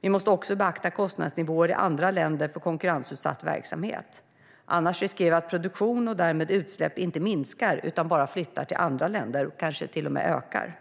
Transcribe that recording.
Vi måste också beakta kostnadsnivåer i andra länder för konkurrensutsatt verksamhet. Annars riskerar vi att produktion och därmed utsläpp inte minskar utan bara flyttar till andra länder och kanske till och med ökar.